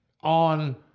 on